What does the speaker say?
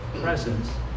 presence